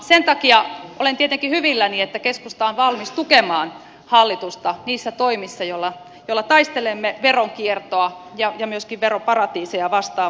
sen takia olen tietenkin hyvilläni että keskusta on valmis tukemaan hallitusta niissä toimissa joilla taistelemme veronkiertoa ja myöskin veroparatiiseja vastaan